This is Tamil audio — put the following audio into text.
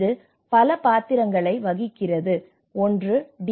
இது பல பாத்திரங்களை வகிக்கிறது ஒன்று டி